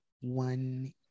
One